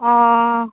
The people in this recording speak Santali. ᱳᱸ